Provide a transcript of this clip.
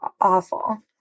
awful